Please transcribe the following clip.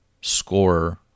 scorer